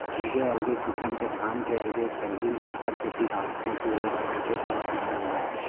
अलगे अलगे किसम के धान के अलगे खरही एकर सेती गांजथें कि वोहर एके संग झन मिल जाय